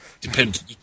Depends